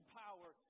power